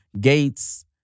Gates